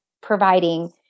providing